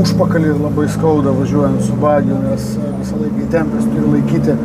užpakalį labai skauda važiuojant su bagiu nes visąlaik įtempęs laikyti